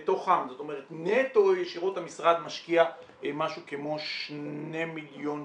זאת אומרת נטו ישירות המשרד משקיע משהו כמו 2.3 מיליון,